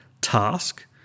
task